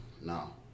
no